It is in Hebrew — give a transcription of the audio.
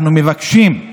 אנחנו מבקשים,